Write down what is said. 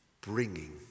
bringing